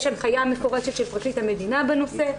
יש הנחיה מפורשת של פרקליט המדינה בנושא.